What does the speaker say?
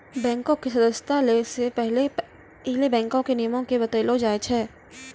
बैंको के सदस्यता लै से पहिले बैंको के नियमो के बतैलो जाय छै